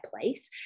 place